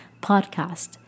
podcast